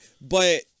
But-